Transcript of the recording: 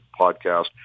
podcast